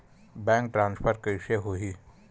Bank transfer कइसे होही?